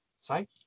psyche